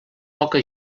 poca